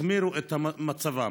החמירו את מצבם.